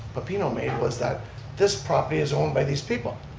pepino made was that this property is owned by these people.